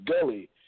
gully